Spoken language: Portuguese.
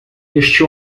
este